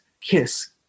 kiss